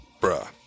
bruh